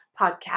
podcast